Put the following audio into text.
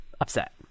upset